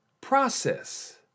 process